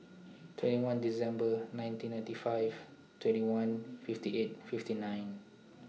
twenty one December nineteen ninety five twenty one fifty eight fifty nine